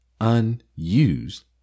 unused